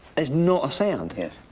there's not a sound here.